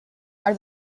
are